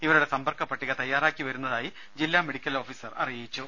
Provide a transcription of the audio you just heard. ഇവരുടെ സമ്പർക്ക പട്ടിക തയ്യാറാക്കി വരുന്നതായി ജില്ലാ മെഡിക്കൽ ഓഫീസർ അറിയിച്ചു